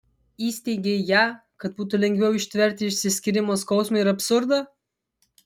įsiteigei ją kad būtų lengviau ištverti išsiskyrimo skausmą ir absurdą